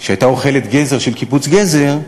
אם הייתה אוכלת גזר של קיבוץ גזר,